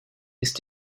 ist